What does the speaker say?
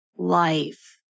Life